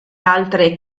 altre